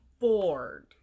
bored